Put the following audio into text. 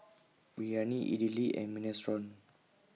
Biryani Idili and Minestrone